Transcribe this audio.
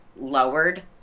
lowered